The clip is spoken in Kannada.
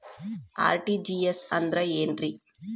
ಆರ್.ಟಿ.ಜಿ.ಎಸ್ ಅಂದ್ರ ಏನ್ರಿ?